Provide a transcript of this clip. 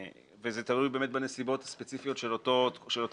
זה תלוי בנסיבות הספציפיות של אותו מועד